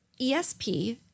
ESP